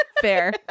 Fair